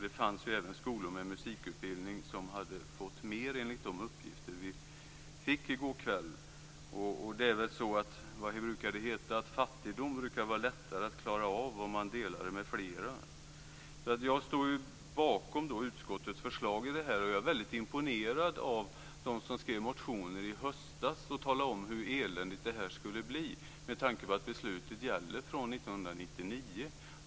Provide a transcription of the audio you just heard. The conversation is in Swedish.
Det fanns även skolor med musikutbildning som hade fått mer enligt de uppgifter vi fick i går kväll. Det brukar ju heta att fattigdom är lättare att klara av om man delar den med flera. Jag står bakom utskottets förslag, och jag är imponerad av dem som skrev motioner i höstas och talade om hur eländigt det här skulle bli, med tanke på att beslutet gäller från 1999.